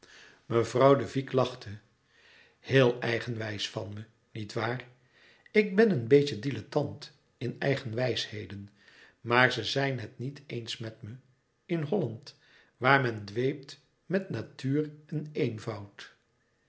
mevrouw de vicq lachte heel eigenwijs van me niet waar ik ben een beetje dilettant in eigenwijsheden maar ze zijn het niet eens met me in holland waar men dweept met natuur en eenvoud